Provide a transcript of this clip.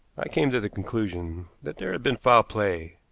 i came to the conclusion that there had been foul play,